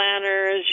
planners